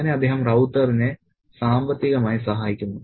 അങ്ങനെ അദ്ദേഹം റൌത്തറിനെ സാമ്പത്തികമായി സഹായിക്കുന്നു